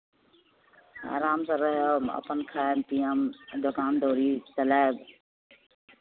आरामसँ रहब अपन खायब पियब अपन दोकान दौरी चलायब